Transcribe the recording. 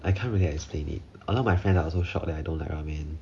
I can't really explain it although my friend also shock that I don't like ramen